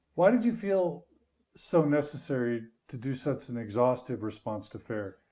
why did you feel so necessary to do such an exhaustive response to fair?